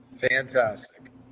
Fantastic